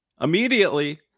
Immediately